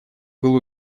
был